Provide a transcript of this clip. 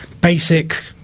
basic